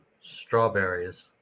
Strawberries